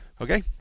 Okay